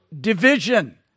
division